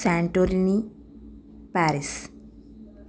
Santorini Paris